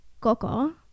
Coco